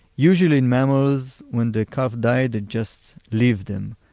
usually in mammals, when the calf died, it just leaves them.